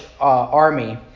army